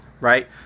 Right